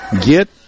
Get